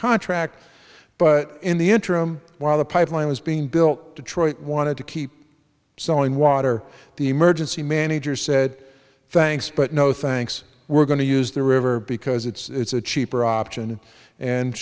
contract but in the interim while the pipeline was being built detroit wanted to keep selling water the emergency manager said thanks but no thanks we're going to use the river because it's a cheaper option and